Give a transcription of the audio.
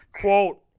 quote